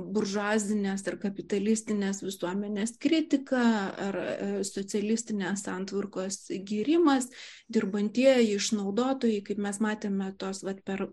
buržuazinės ir kapitalistinės visuomenės kritiką ar socialistinės santvarkos gyrimas dirbantieji išnaudotojai kaip mes matėme tos vat per